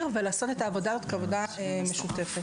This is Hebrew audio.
ולעשות את העבודה הזאת כעבודה משותפת.